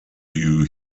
you